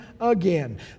again